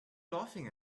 laughing